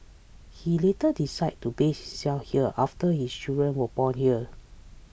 he later decided to base himself here after his children were born here